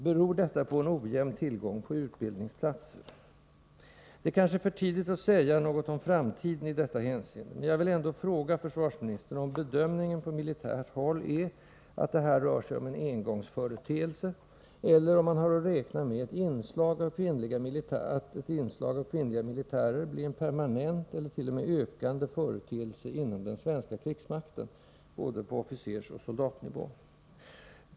Beror detta på ojämn tillgång på utbildningsplatser? — Det är kanske för tidigt att säga någonting om framtiden i detta hänseende, men jag vill ändå fråga försvarsministern om bedömningen på militärt håll är den att det här rör sig om en engångsföreteelse, eller om man har att räkna med att inslaget av kvinnliga militärer blir en permanent eller t.o.m. en allt vanligare företeelse inom den svenska krigsmakten på både officersoch soldatnivå?